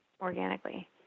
organically